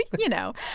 you know,